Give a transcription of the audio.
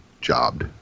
jobbed